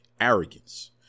arrogance